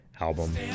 album